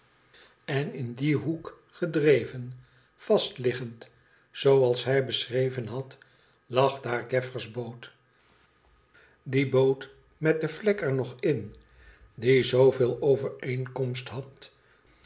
en in dien hoek gedreven vastliggend zooals hij beschreven had lag daar gaffer's boot die boot met de vlek er nog in die zooveel overeenkomst had